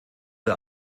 der